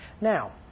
Now